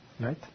Right